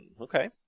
Okay